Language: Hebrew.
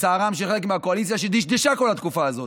לצערם של חלק מהקואליציה, שדשדשה כל התקופה הזאת.